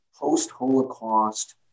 post-Holocaust